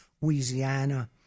Louisiana